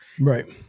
right